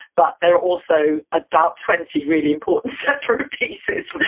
but there also about twenty really important separate pieces.